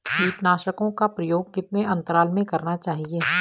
कीटनाशकों का प्रयोग कितने अंतराल में करना चाहिए?